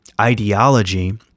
ideology